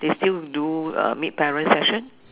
they still do uh meet parents session